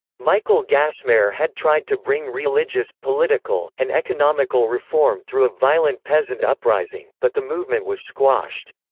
michael gasmair had tried to bring religious, political, and economical reform through a violent peasant uprising, but the movement was squashed.